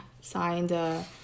signed